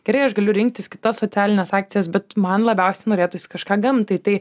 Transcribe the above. gerai aš galiu rinktis kitas socialines akcijas bet man labiausiai norėtųsi kažką gamtai tai